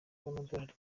z’amadolari